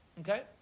okay